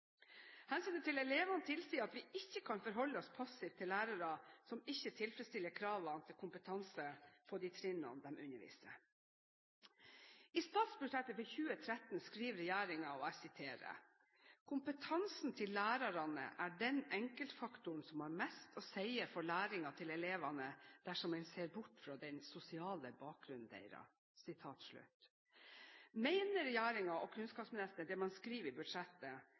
Hensynet til elevene tilsier at vi ikke kan forholde oss passive til lærere som ikke tilfredsstiller kravene til kompetanse på de trinnene de underviser på. I statsbudsjettet for 2013 skriver regjeringen: «Kompetansen til lærarane er den enkeltfaktoren som har mest å seie for læringa til elevane dersom ein ser bort frå den sosiale bakgrunnen deira.» Mener regjeringen og kunnskapsministeren det man skriver i budsjettet,